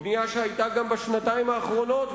בנייה שהיתה גם בשנתיים האחרונות,